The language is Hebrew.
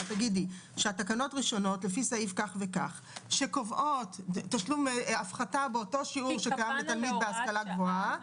שהתקנות הראשונות שקובעות הפחתה באותו שיעור שקיים לתלמיד בהשכלה גבוהה,